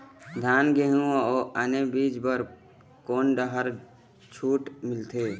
धान गेहूं अऊ आने बीज बर कोन डहर छूट मिलथे?